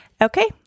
Okay